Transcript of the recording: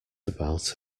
about